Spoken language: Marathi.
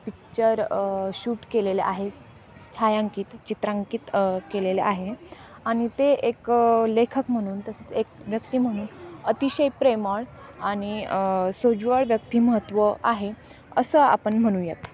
पिक्चर शूट केलेलं आहेत छायांकित चित्रांकित केलेले आहे आणि ते एक लेखक म्हणून तसेच एक व्यक्ती म्हणून अतिशय प्रेमळ आणि सोज्वळ व्यक्तिमत्त्व आहे असं आपण म्हणूयात